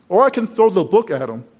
or i can throw the book at him,